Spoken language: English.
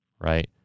right